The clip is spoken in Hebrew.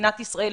למדינת ישראל.